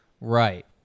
Right